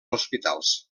hospitals